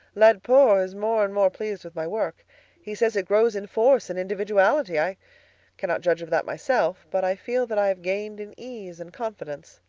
laidpore is more and more pleased with my work he says it grows in force and individuality. i cannot judge of that myself, but i feel that i have gained in ease and confidence.